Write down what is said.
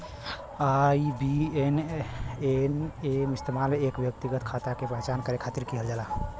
IBAN क इस्तेमाल एक व्यक्तिगत खाता क पहचान करे खातिर किहल जाला